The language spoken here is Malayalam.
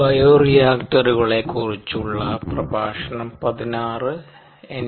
ബയോറിയാക്ടറുകളെ കുറിച്ചുള്ള പ്രഭാഷണം 16 എൻ